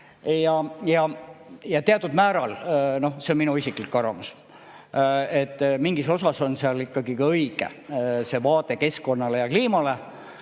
Ja teatud määral – see on minu isiklik arvamus –, mingis osas on seal ikkagi õige see vaade keskkonnale ja kliimale.